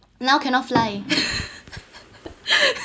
now cannot fly